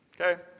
okay